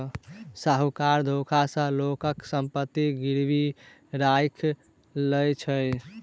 साहूकार धोखा सॅ लोकक संपत्ति गिरवी राइख लय छल